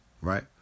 Right